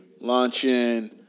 launching